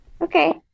Okay